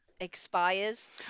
expires